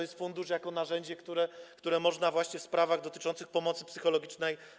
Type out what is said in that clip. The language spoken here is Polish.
Jest fundusz jako narzędzie, które można wykorzystać właśnie w sprawach dotyczących pomocy psychologicznej.